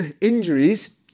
injuries